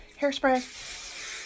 Hairspray